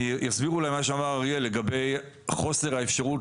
אני אסביר את מה שאמר אריאל לגבי חוסר האפשרות